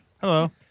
Hello